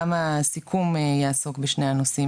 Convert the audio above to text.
גם הסיכום יעסוק בשני הנושאים,